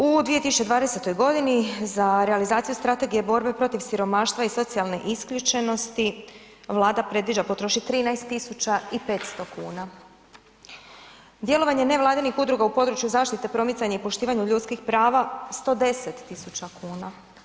U 2020. g. za realizaciju strategije borbe protiv siromaštva i socijalne isključenosti Vlada previđa potrošiti 13 tisuća i 500 kn. djelovanje nevladinih udruga u području zaštite, promicanje i poštivanje ljudskih prava, 110 tisuća kuna.